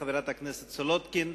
חברת הכנסת סולודקין,